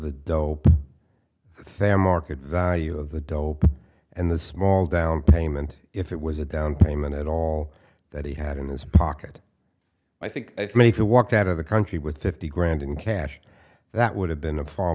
the dope fam orkut value of the dope and the small down payment if it was a down payment at all that he had in his pocket i think many if you walked out of the country with fifty grand in cash that would have been a far